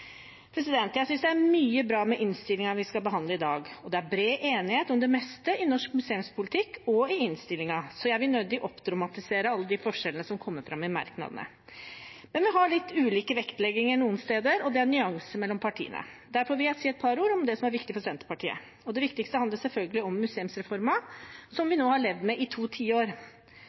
Jeg synes det er mye bra med innstillingen vi skal behandle i dag, og det er bred enighet om det meste i norsk museumspolitikk og i innstillingen, så jeg vil nødig dramatisere alle de forskjellene som kommer fram i merknadene. Men vi har litt ulike vektlegginger noen steder, og det er nyanser mellom partiene. Derfor vil jeg si et par ord om det som er viktig for Senterpartiet, og det viktigste handler selvfølgelig om museumsreformen, som vi nå har levd med i to tiår.